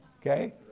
Okay